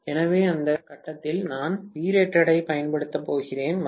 எனவே இந்த கட்டத்தில் நான் Vrated ஐப் பயன்படுத்தப் போகிறேன்